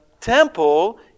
temple